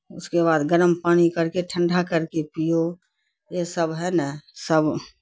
اس کے بعد گرم پانی کر کے ٹھنڈا کر کے پیو یہ سب ہے نا سب